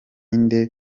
inde